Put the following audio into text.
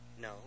no